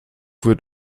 wird